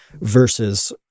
versus